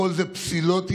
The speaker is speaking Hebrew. הכול זה פסילות אישיות,